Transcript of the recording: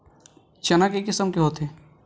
चना के किसम के होथे?